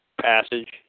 passage